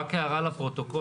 רק הערה לפרוטוקול,